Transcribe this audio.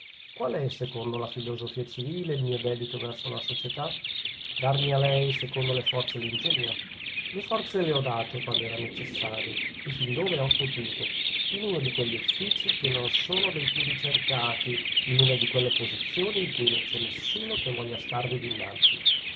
è secondo la filosofia civile il mio debito verso la società darmi a lei secondo le forze e l'ingegno le forze le ho date quando era necessario e fin dove ho potuto in uno di quegli uffici che non sono dei più ricercati in una di quelle posizioni in cui non c'è nessuno che voglia starvi dinanzi